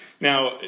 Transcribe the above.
Now